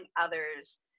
others